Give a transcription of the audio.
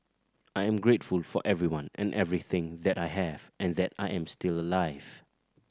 I am grateful for everyone and everything that I have and that I am still alive